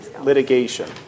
litigation